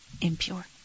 impure